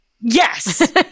Yes